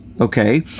okay